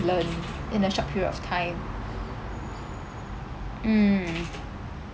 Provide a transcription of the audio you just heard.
learn in a short period of time mm